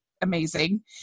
amazing